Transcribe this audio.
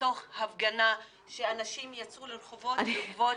לתוך הפגנה שאנשים יצאו לרחובות בעקבות